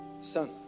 Son